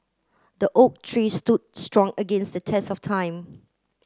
the oak tree stood strong against the test of time